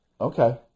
Okay